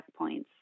checkpoints